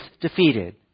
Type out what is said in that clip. defeated